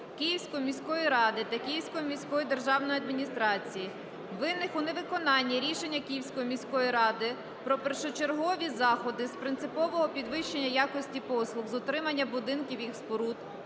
Київської міської ради та Київської міської державної адміністрації, винних у невиконанні рішення Київської міської ради "Про першочергові заходи з принципового підвищення якості послуг з утримання будинків і споруд,